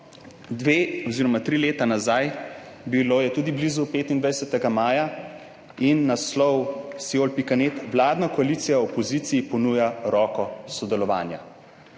dve oziroma tri leta nazaj, bilo je tudi blizu 25. maja, naslov na Sio.net: Vladna koalicija opoziciji ponuja roko sodelovanja.